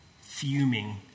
fuming